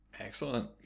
Excellent